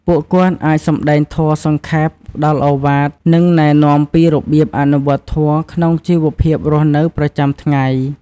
ពួកគាត់អាចសម្ដែងធម៌សង្ខេប ផ្ដល់ឱវាទ និងណែនាំពីរបៀបអនុវត្តធម៌ក្នុងជីវភាពរស់នៅប្រចាំថ្ងៃ។